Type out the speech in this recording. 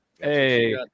Hey